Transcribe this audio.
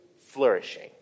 flourishing